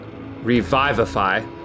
Revivify